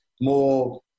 more